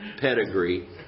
pedigree